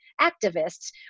activists